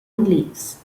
leaves